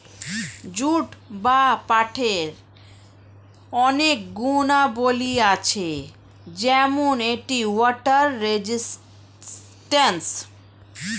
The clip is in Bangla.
জুট বা পাটের অনেক গুণাবলী আছে যেমন এটি ওয়াটার রেজিস্ট্যান্স